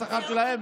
לשכר שלהם,